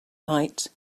night